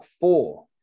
four